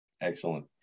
Excellent